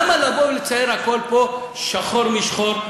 למה לבוא ולצייר הכול פה שחור משחור?